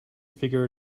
figure